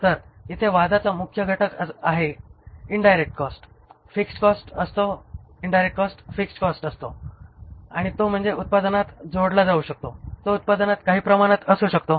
तर इथे वादाचा मुख्य घटक आहे इन्डायरेक्ट कॉस्ट फिक्स्ड कॉस्ट असतो आणि तो म्हणजे उत्पादनात जोडला जाऊ शकतो तो उत्पादनात काही प्रमाणात असू शकतो